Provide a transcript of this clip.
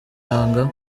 yanga